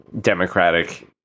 democratic